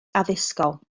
addysgol